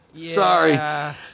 Sorry